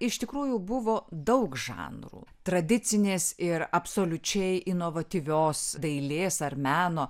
iš tikrųjų buvo daug žanrų tradicinės ir absoliučiai inovatyvios dailės ar meno